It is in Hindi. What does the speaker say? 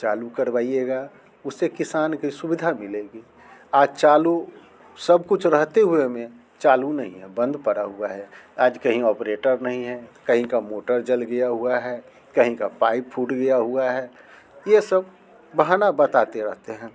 चालू करवाइएगा उससे किसान के सुविधा मिलेगी आज चालू सब कुछ रहते हुए में चालू नहीं है बंद पड़ा हुआ है आज कहीं ऑपरेटर नहीं है तो कहीं का मोटर जल गया हुआ है कहीं का पाइप फूट गया हुआ है ये सब बहाना बताते रहते हैं